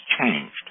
changed